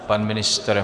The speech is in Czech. Pan ministr?